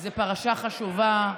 זו פרשה חשובה,